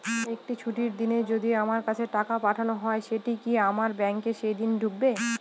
একটি ছুটির দিনে যদি আমার কাছে টাকা পাঠানো হয় সেটা কি আমার ব্যাংকে সেইদিন ঢুকবে?